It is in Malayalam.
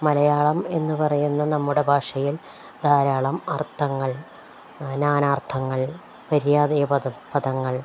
മലയാളം എന്ന് പറയുന്ന നമ്മുടെ ഭാഷയിൽ ധാരാളം അർത്ഥങ്ങൾ നാനാർത്ഥങ്ങൾ പര്യായപദം പദങ്ങൾ